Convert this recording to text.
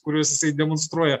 kuriuos jisai demonstruoja